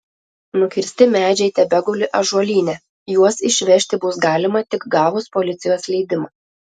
nukirsti medžiai tebeguli ąžuolyne juos išvežti bus galima tik gavus policijos leidimą